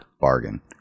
bargain